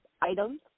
items